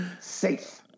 safe